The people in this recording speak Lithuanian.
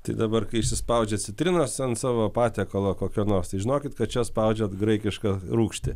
tai dabar kai įsispaudžiat citrinos ant savo patiekalo kokio nors tai žinokit kad čia spaudžiat graikišką rūgštį